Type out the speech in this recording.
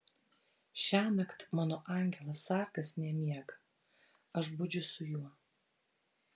šiąnakt mano angelas sargas nemiega aš budžiu su juo